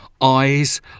eyes